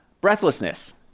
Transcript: Breathlessness